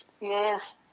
Yes